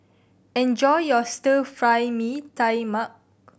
enjoy your Stir Fry Mee Tai Mak